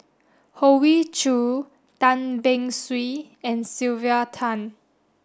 Hoey Choo Tan Beng Swee and Sylvia Tan